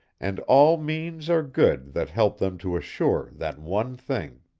and all means are good that help them to assure that one thing.